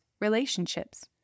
relationships